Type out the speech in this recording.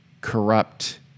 corrupt